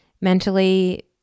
mentally